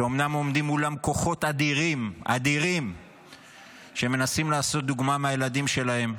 שאומנם עומדים מולם כוחות אדירים שמנסים לעשות דוגמה מהילדים שלהם,